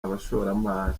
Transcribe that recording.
abashoramari